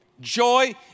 Joy